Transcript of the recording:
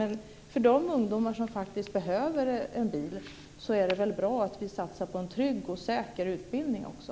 Men för de ungdomar som faktiskt behöver en bil är det väl bra att vi satsar på en trygg och säker utbildning också?